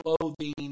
clothing